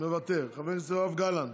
מוותר, חבר הכנסת יואב גלנט,